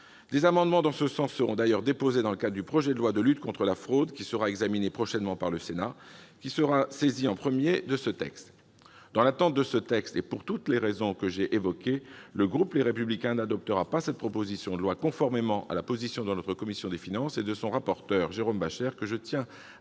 Des amendements allant dans ce sens seront d'ailleurs déposés dans le cadre du projet de loi relatif à la lutte contre la fraude qui sera examiné prochainement par le Sénat, première chambre saisie de ce texte. Dans l'attente de l'examen de ce projet de loi, et pour toutes les raisons que je viens d'évoquer, le groupe Les Républicains n'adoptera pas cette proposition de loi, conformément à la position de la commission des finances et de son rapporteur, Jérôme Bascher, que je tiens à